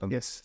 Yes